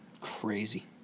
Crazy